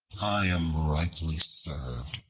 i am rightly served,